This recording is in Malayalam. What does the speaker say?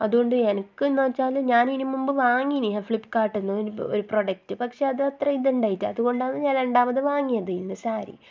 അതുകൊണ്ട് എനിക്കെന്ന് വെച്ചാൽ ഞാൻ ഇതിന് മുൻപ് വാങ്ങിനി ഫ്ലിപ്പ്കാർട്ടിൽ നിന്ന് ഒരു പ്രോഡക്റ്റ് പക്ഷേ അത് അത്ര ഇതുണ്ടായില്ല അതുകൊണ്ടാണ് ഞാൻ രണ്ടാമത് വാങ്ങിയത് ഇന്ന് സാരി